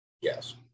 yes